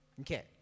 Okay